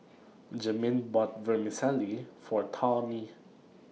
Jamin bought Vermicelli For Tawny